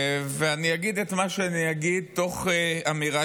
אני אגיד את מה שאני אגיד תוך אמירה